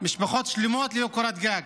משפחות שלמות ללא קורת גג.